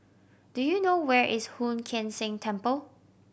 do you know where is Hoon Sian Keng Temple